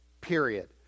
period